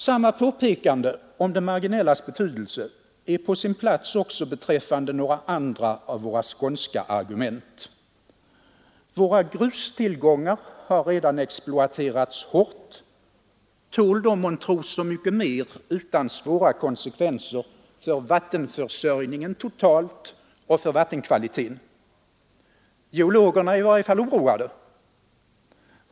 Samma påpekande om det marginellas betydelse är på sin plats också beträffande några andra av våra skånska argument. Våra grustillgångar har redan exploaterats hårt. Tål de månntro så mycket mer utan svåra konsekvenser för vattenförsörjningen totalt och för vattenkvaliteten? Geologerna är i varje fall oroade.